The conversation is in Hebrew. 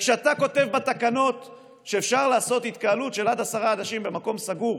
וכשאתה כותב בתקנות שאפשר לעשות התקהלות של עד עשרה אנשים במקום סגור,